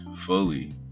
fully